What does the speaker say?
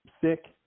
sick